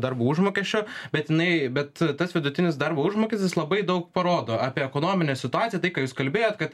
darbo užmokesčio bet jinai bet tas vidutinis darbo užmokestis labai daug parodo apie ekonominę situaciją tai ką jūs kalbėjot kad